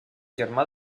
germà